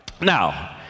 Now